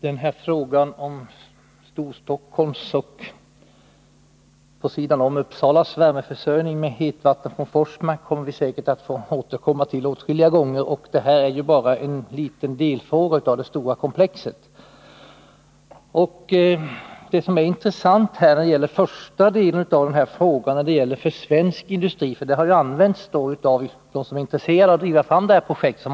Fru talman! Frågan om Storstockholms och, på sidan om, Uppsalas värmeförsörjning genom hetvatten från Forsmark kommer vi säkerligen att få återkomma till åtskilliga gånger. Detta är ju bara en liten del i det stora komplexet. Det som är intressant när det gäller den första delen av frågan är det argument som anförts av dem som är intresserade av att driva fram projektet.